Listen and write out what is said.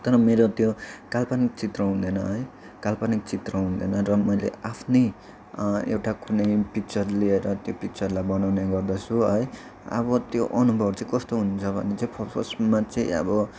तर मेरो त्यो काल्पनिक चित्र हुँदैन है काल्पनिक चित्र हुँदैन है र मैलै आफ्नै एउटा कुनै पिक्चर लिएर त्यो पिक्चरलाई बनाउने गर्दछु है अब त्यो अनुभव चाहिँ कस्तो हुन्छ भने चाहिँ फ फर्स्टमा चाहिँ अब